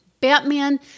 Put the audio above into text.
Batman